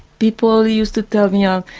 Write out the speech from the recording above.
people used to tell me, ah